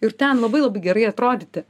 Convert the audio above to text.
ir ten labai labai gerai atrodyti